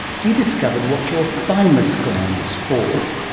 he discovered what your thymus gland is for.